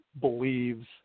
believes